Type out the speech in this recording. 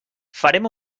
farem